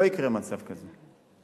לא יקרה מצב כזה.